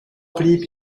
blieb